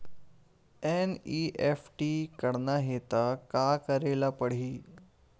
NEFT करना हे त का करे ल पड़हि?